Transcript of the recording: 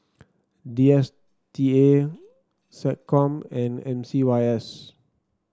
D S T A SecCom and M C Y S